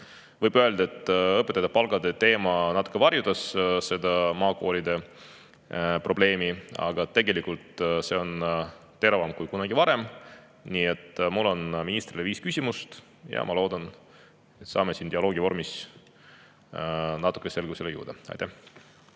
võib öelda, et õpetajate palkade teema natuke varjutas seda maakoolide probleemi, aga tegelikult see on teravam kui kunagi varem. Meil on ministrile viis küsimust ja ma loodan, et saame siin dialoogivormis natukene selgusele jõuda. Aitäh!